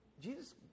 Jesus